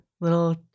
little